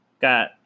Got